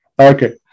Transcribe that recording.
Okay